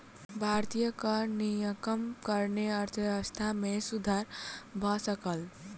भारतीय कर नियमक कारणेँ अर्थव्यवस्था मे सुधर भ सकल